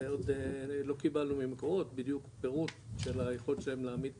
לא קיבלנו ממקורות בדיוק פירוט של היכולת שלהם להעמיד פה,